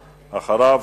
ואחריו,